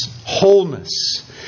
wholeness